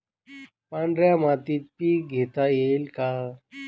पांढऱ्या मातीत पीक घेता येईल का?